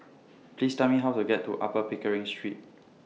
Please Tell Me How to get to Upper Pickering Street